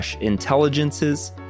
intelligences